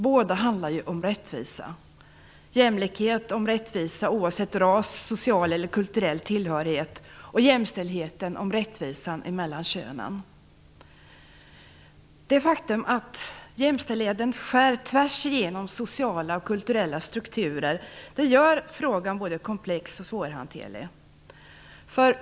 Båda handlar om rättvisa - jämlikhet om rättvisa oavsett ras, social eller kulturell tillhörighet och jämställdhet om rättvisa mellan könen. Det faktum att jämställdheten skär tvärsigenom sociala och kulturella strukturer gör frågan både komplex och svårhanterlig.